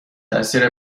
تاثیر